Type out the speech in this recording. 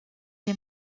les